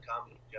comedy